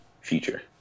future